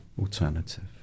alternative